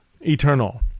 eternal